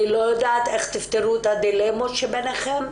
אני לא יודעת איך תפתרו את הדילמות שביניכם,